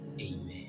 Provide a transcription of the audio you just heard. amen